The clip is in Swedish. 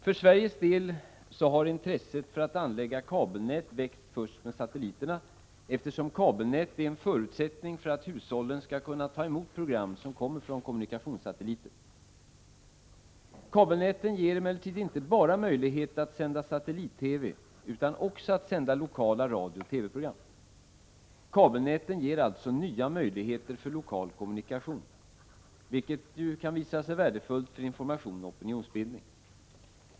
För Sveriges del har intresset för att anlägga kabelnät väckts först med satelliterna, eftersom kabelnät är en förutsättning för att hushållen skall kunna ta emot program som kommer från kommunikationssatelliter. Kabelnäten ger emellertid inte bara möjlighet att sända satellit-TV utan också möjlighet att sända lokala radiooch TV-program. Kabelnäten ger alltså nya möjligheter för lokal kommunikation, vilket ju kan visa sig värdefullt för information och opinionsbildning.